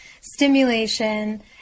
stimulation